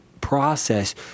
process